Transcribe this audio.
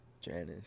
Janice